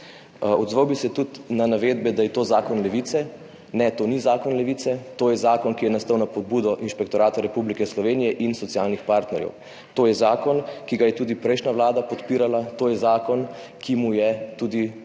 Odzval bi se tudi na navedbe, da je to zakon Levice. Ne, to ni zakon Levice, to je zakon, ki je nastal na pobudo Inšpektorata Republike Slovenije za delo in socialnih partnerjev. To je zakon, ki ga je tudi prejšnja vlada podpirala, to je zakon, ki mu je tudi